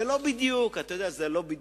זה לא בדיוק כך.